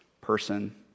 person